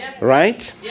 Right